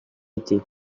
été